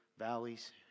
valleys